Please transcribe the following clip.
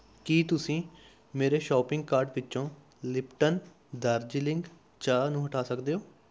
ਕੀ ਤੁਸੀਂ ਮੇਰੇ shopping cart ਵਿੱਚੋਂ ਲਿਪਟਨ ਦਾਰਜੀਲਿੰਗ ਚਾਹ ਨੂੰ ਹਟਾ ਸਕਦੇ ਹੋ